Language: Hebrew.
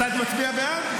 אתה מצביע בעד?